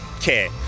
care